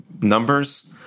numbers